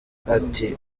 ati